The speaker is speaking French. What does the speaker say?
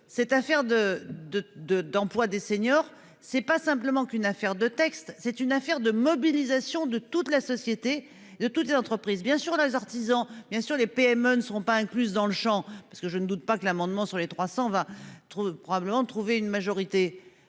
de de de d'emploi des seniors. C'est pas simplement qu'une affaire de texte, c'est une affaire de mobilisation de toute la société de toute entreprise bien sûr les artisans bien sûr les PME ne seront pas incluses dans le Champ parce que je ne doute pas que l'amendement sur les 300 va très probablement trouver une majorité.